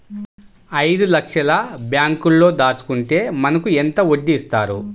ఐదు లక్షల బ్యాంక్లో దాచుకుంటే మనకు ఎంత వడ్డీ ఇస్తారు?